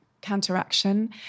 counteraction